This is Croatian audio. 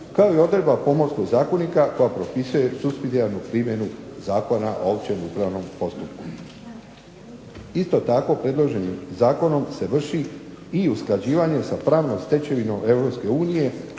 kao i odredba Pomorskog zakonika koja propisuje supsidijarnu primjenu Zakona o općem upravnom postupku. Isto tako, predloženim zakonom se vrši i usklađivanje sa pravnom stečevinom